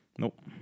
Nope